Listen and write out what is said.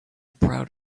proud